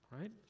Right